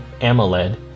AMOLED